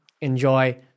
enjoy